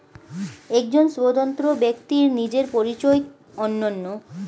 একজন স্বতন্ত্র ব্যক্তির নিজের পরিচয় অনন্য